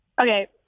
Okay